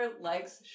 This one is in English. likes